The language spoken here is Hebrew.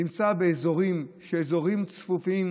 זה באזורים צפופים,